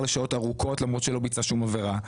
לשעות ארוכות למרות שלא ביצע שום עבירה,